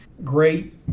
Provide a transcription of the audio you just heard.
great